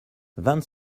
vingt